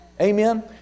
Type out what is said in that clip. Amen